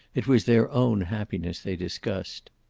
it was their own happiness they discussed.